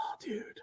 Dude